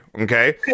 Okay